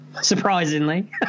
surprisingly